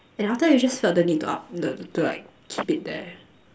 and after that you just felt the need to up the to like keep it there